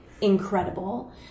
incredible